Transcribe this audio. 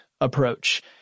approach